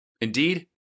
Indeed